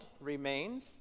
remains